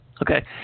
Okay